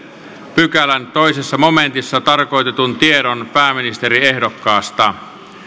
pykälän toisessa momentissa tarkoitetun tiedon pääministeriehdokkaasta